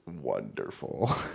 wonderful